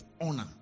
honor